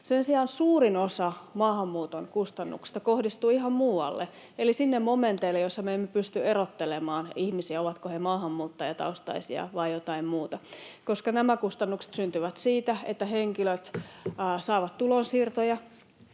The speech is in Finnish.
Sen sijaan suurin osa maahanmuuton kustannuksista kohdistuu ihan muualle, eli sinne momenteille, joissa me emme pysty erottelemaan ihmisiä, ovatko he maahanmuuttajataustaisia vai jotain muuta, koska nämä kustannukset syntyvät siitä, että henkilöt saavat tulonsiirtoja,